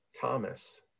Thomas